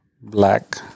black